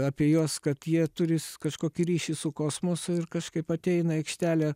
apie juos kad jie turi kažkokį ryšį su kosmosu ir kažkaip ateina į aikštelę